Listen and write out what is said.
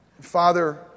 Father